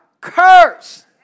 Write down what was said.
Curse